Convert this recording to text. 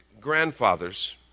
Grandfathers